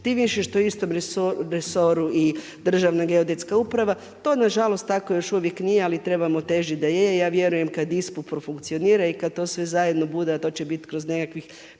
tim više što u istom resoru i Državna geodetska uprava. To nažalost tako još uvijek nije ali trebamo težiti da je i ja vjerujem kada ISPU profunkcionira i kada to sve zajedno bude, a to će biti kroz nekakvih